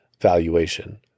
valuation